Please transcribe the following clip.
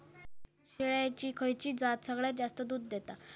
शेळ्यांची खयची जात सगळ्यात जास्त दूध देता?